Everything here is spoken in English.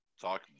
talk